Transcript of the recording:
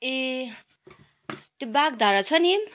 ए त्यो बागधारा छ नि